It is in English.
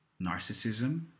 narcissism